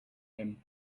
him